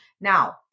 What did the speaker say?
Now